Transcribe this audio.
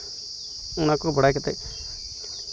ᱚᱱᱟᱠᱚ ᱵᱟᱲᱟᱭ ᱠᱟᱛᱮᱫ